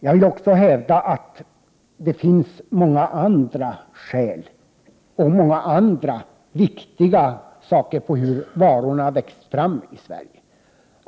Jag vill också hävda att det finns många andra skäl och andra viktiga exempel på hur varorna har växt fram i Sverige.